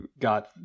got